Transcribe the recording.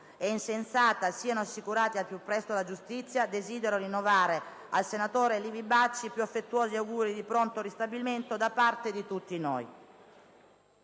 e insensata siano assicurati al più presto alla giustizia, desidero rinnovare al senatore Livi Bacci i più affettuosi auguri di pronto ristabilimento da parte di tutti